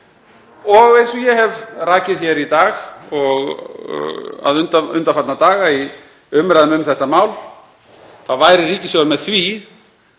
Og eins og ég hef rakið hér í dag og undanfarna daga í umræðunni um þetta mál þá væri ríkissjóður með því